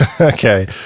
Okay